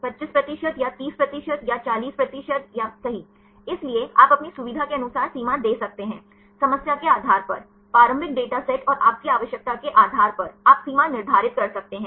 25 प्रतिशत या 30 प्रतिशत या 40 प्रतिशत या सही इसलिए आप अपनी सुविधा के अनुसार सीमा दे सकते हैं समस्या के आधार पर प्रारंभिक डेटा सेट और आपकी आवश्यकता के आधार पर आप सीमा निर्धारित कर सकते हैं